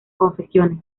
confesiones